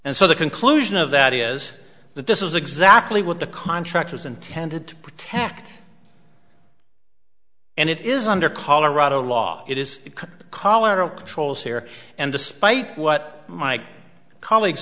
and so the conclusion of that is that this is exactly what the contract was intended to protect and it is under colorado law it is colorado controls here and despite what my colleague